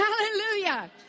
Hallelujah